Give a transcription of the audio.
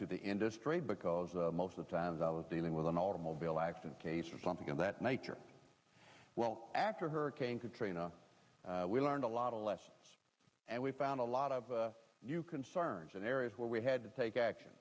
to the industry because most of the times i was dealing with an automobile accident case or something of that nature well after hurricane katrina we learned a lot of lessons and we found a lot of new concerns and areas where we had to take action